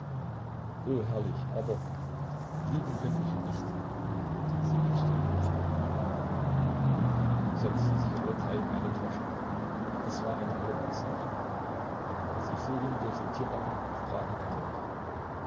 o herrlich aber lieben könnt ich ihn nicht sie küßte ihn heftig unten setzten sich alle drei in eine droschke es war eine helle märznacht sie fuhren durch den tiergarten sprachen kein wort